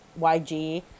YG